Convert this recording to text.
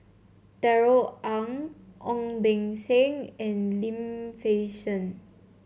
Darrell Ang Ong Beng Seng and Lim Fei Shen